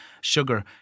sugar